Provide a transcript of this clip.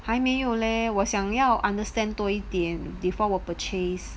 还没有 leh 我想要 understand 多一点 before 我 purchase